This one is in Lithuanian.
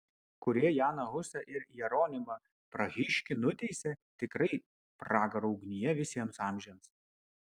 kurie janą husą ir jeronimą prahiškį nuteisė tikrai pragaro ugnyje visiems amžiams